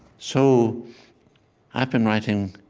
so i've been writing,